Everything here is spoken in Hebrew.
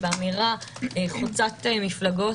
באמירה חוצת מפלגות,